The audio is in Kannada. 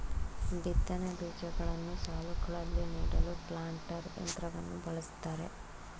ಬಿತ್ತನೆ ಬೀಜಗಳನ್ನು ಸಾಲುಗಳಲ್ಲಿ ನೀಡಲು ಪ್ಲಾಂಟರ್ ಯಂತ್ರವನ್ನು ಬಳ್ಸತ್ತರೆ